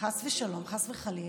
חס ושלום, חס וחלילה.